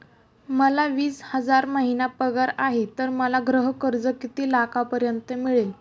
मला वीस हजार महिना पगार आहे तर मला गृह कर्ज किती लाखांपर्यंत मिळेल?